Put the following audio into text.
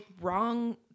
wrong